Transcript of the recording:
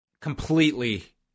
completely